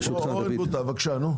בבקשה.